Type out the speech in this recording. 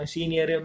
Senior